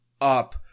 up